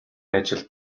ажилд